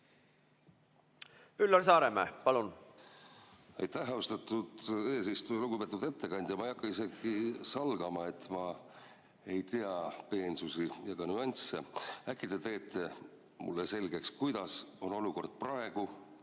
Üllar Saaremäe, palun!